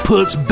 Puts